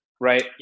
right